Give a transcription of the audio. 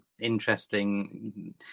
Interesting